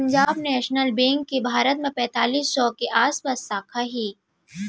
Punjab National Bank के भारत म पैतालीस सौ के आसपास साखा हे